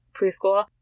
preschool